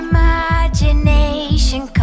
Imagination